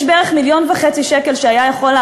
יש בערך 1.5 מיליון שקל שהיו יכולים